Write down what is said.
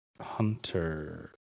Hunter